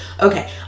okay